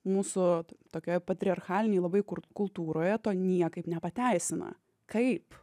mūsų tokioje patriarchalinėj labai kur kultūroje to niekaip nepateisina kaip